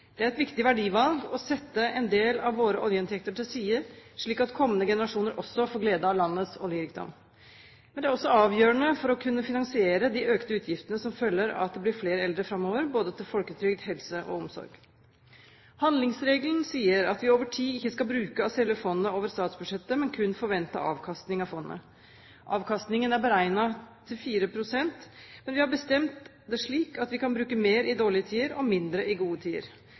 Det er et viktig verdivalg å sette en del av våre oljeinntekter til side, slik at kommende generasjoner også får glede av landets oljerikdom. Men det er også avgjørende for å kunne finansiere de økte utgiftene som følger av at det blir flere eldre framover, både til folketrygd, helse og omsorg. Handlingsregelen sier at vi over tid ikke skal bruke av selve fondet over statsbudsjettet, men kun forventet avkastning av fondet. Avkastningen er beregnet til 4 pst., men vi har bestemt det slik at vi kan bruke mer i dårlige tider og mindre i gode tider.